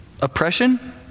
Oppression